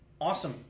Awesome